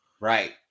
Right